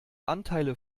anteile